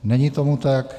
Není tomu tak.